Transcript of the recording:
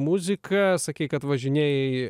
muzika sakei kad važinėji